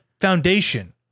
foundation